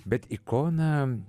bet ikona